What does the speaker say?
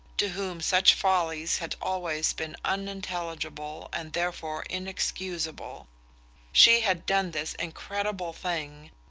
to whom such follies had always been unintelligible and therefore inexcusable she had done this incredible thing,